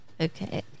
Okay